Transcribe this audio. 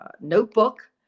notebook